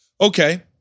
Okay